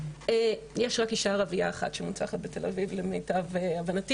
יש רק אישה ערביה אחת שמונצחת בתל-אביב למיטב הבנתי